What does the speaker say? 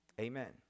Amen